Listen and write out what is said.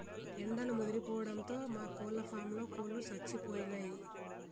ఎండలు ముదిరిపోవడంతో మా కోళ్ళ ఫారంలో కోళ్ళు సచ్చిపోయినయ్